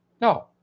No